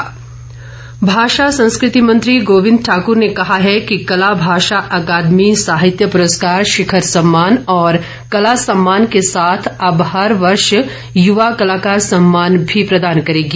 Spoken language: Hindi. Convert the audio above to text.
गोविन्द ठाकुर भाषा संस्कृति मंत्री गोविन्द ठाकूर ने कहा है कि कला भाषा अकादमी साहित्य पुरस्कार शिखर सम्मान और कला सम्मान के साथ अब हर वर्ष युवा कलाकार सम्मान भी प्रदान करेगी